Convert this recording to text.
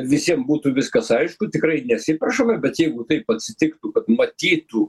visiem būtų viskas aišku tikrai nesiperšame bet jeigu taip atsitiktų kad matytų